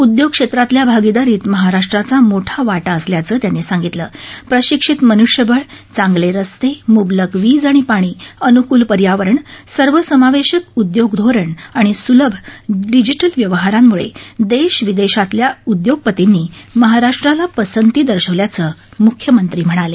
उद्योग क्षेत्रातल्या भागीदारीत महाराष्ट्राचा मोठा वाटा असल्याच त्याती सामितला प्रशिक्षित मनुष्यबळ चाक्रि रस्ते मुबलक वीज आणि पाणी अनुकूल पर्यावरण सर्व समावेशक उद्योग धोरण आणि सुलभ डिजिटल व्यवहारामुळे देश विदेशातल्या उद्योगपर्तीनी महाराष्ट्राला पसती दर्शवल्याचमुख्यमत्तीम्हणाले